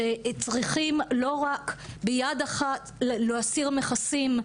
שצריכים לא רק ביד אחת להסיר מכסים,